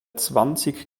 zwanzig